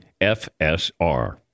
FSR